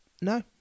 no